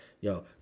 Yo